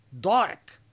dark